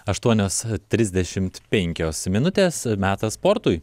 aštuonios trisdešimt penkios minutės metas sportui